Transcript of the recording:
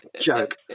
joke